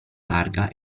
larga